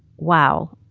wow,